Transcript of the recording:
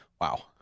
Wow